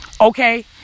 Okay